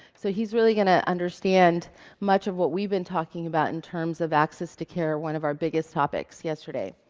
so, he's really going to understand much of what we've been talking about in terms of access to care, one of our biggest topics yesterday.